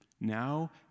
now